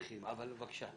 בבקשה.